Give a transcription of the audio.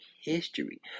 history